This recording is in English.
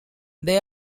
they